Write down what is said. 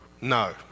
no